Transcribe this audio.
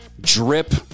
drip